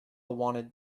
wanted